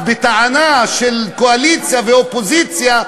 אז בטענה של קואליציה ואופוזיציה,